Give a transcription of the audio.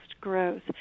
growth